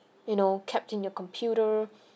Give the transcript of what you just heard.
you know kept in your computer